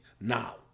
now